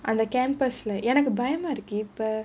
and the campus like எனக்கு பயமா இருக்கு இப்போ:enakku bayama irukku ippo